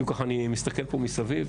אני מסתכל פה מסביב,